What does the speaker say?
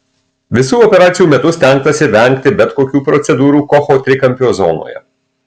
visų operacijų metu stengtasi vengti bet kokių procedūrų kocho trikampio zonoje